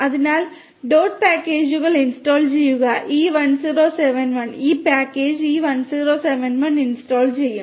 അതിനാൽ ഡോട്ട് പാക്കേജുകൾ ഇൻസ്റ്റാൾ ചെയ്യുക e1071 ഈ പാക്കേജ് e1071 ഇൻസ്റ്റാൾ ചെയ്യും